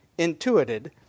intuited